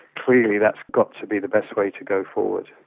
clearly that's got to be the best way to go forward.